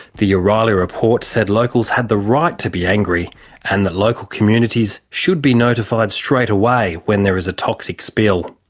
the o'reilly report said locals had the right to be angry and that local communities should be notified straightaway when there is a toxic spill.